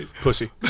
Pussy